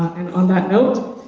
and on that note,